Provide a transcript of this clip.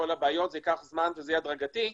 ויהיה הדרגתי.